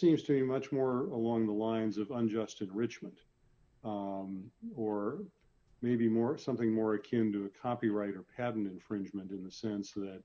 seems to be much more along the lines of unjust enrichment or maybe more something more akin to copyright or have an infringement in the sense that